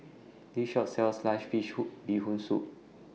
This Shop sells Sliced Fish Who Bee Hoon Soup